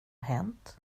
hänt